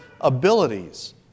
abilities